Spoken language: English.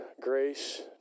Grace